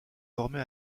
formés